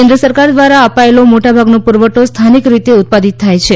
કેન્દ્ર સરકાર દ્વારા અપાયેલો મોટાભાગનો પુરવઠો સ્થાનિક રીતે ઉત્પાદિત થાય છે